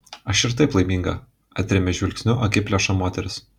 aš ir taip laiminga atrėmė žvilgsniu akiplėšą moteris